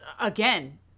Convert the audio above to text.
again